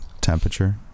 temperature